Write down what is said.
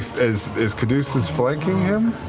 is is caduceus flanking him?